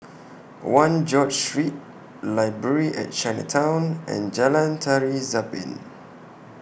one George Street Library At Chinatown and Jalan Tari Zapin